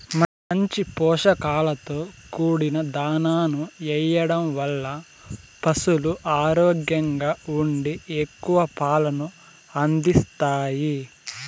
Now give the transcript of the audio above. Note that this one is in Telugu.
మంచి పోషకాలతో కూడిన దాణాను ఎయ్యడం వల్ల పసులు ఆరోగ్యంగా ఉండి ఎక్కువ పాలను అందిత్తాయి